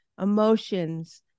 emotions